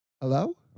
Hello